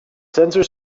sensor